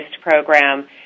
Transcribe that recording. program